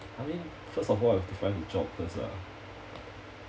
I mean first of all I have to find a job first lah